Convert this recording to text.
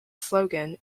slogan